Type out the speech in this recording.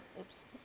Oops